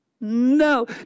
No